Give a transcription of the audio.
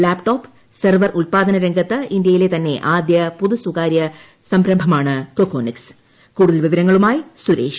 laptop server ഉത്പാദന രംഗത്ത് ഇന്ത്യയിലെ തന്നെ ആദ്യ പൊതു സ്വകാര്യ സംരംഭമാണ് കൊക്കോണി കൂടുതൽ വിവരങ്ങളുമായി സുരേഷ്